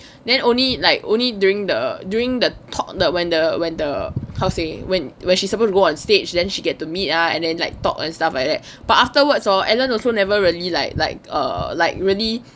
then only like only during the during the talk when the when the how to say when when she's supposed to go on stage then she get to meet ah and then like talk and stuff like that but afterwards orh ellen also never really like like err like really